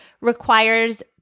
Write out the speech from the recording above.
requires